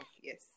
yes